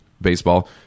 baseball